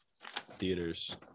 theaters